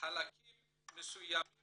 חלקים מסוימים